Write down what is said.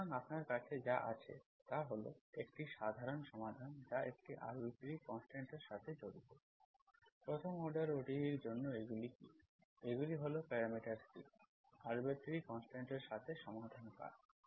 সুতরাং আপনার কাছে যা আছে তা হল একটি সাধারণ সমাধান যা একটি আরবিট্রারি কনস্ট্যান্ট এর সাথে জড়িত প্রথম অর্ডার ODE এর জন্য এগুলি কী এগুলি হল প্যারামিটার C আরবিট্রারি কনস্ট্যান্টের সাথে সমাধান কার্ভ